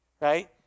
right